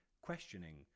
questioning